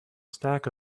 stack